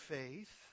faith